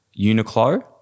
Uniqlo